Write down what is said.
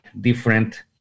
different